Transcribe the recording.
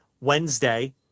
Wednesday